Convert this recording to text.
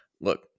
look